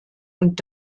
und